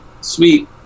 Sweet